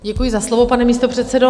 Děkuji za slovo, pane místopředsedo.